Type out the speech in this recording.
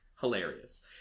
hilarious